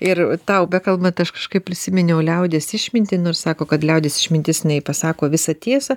ir tau bekalbant aš kažkaip prisiminiau liaudies išmintį nors sako kad liaudies išmintis nei pasako visą tiesą